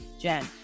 Jen